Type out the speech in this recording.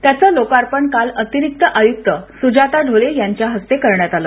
त्यांचं लोकार्पण काल अतिरिक्त आयुक्त सुजाता ढोले यांच्या हस्ते करण्यात आलं